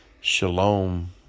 Shalom